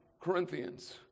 Corinthians